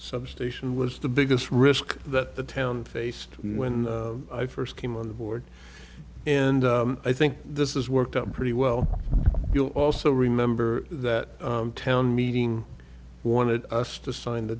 substation was the biggest risk that the town faced when i first came on board and i think this is worked out pretty well you also remember that town meeting wanted us to sign the